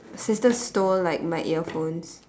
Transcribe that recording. sister stole like my earphones